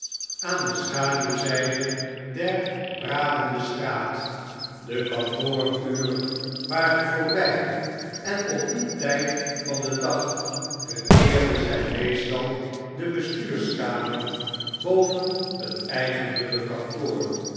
aan de schaduwzijde der bradende straat de kantooruren waren voorbij en op dien tijd van den dag vereerde zij meestal de bestuurskamer boven het eigenlijke kantoor